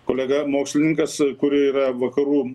kolega mokslininkas kuri yra vakarų